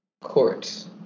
courts